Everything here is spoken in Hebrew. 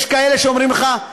יש כאלה שאומרים לך: